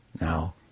now